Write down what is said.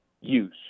use